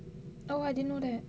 oh I didn't know that